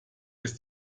ist